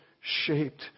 shaped